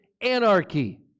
anarchy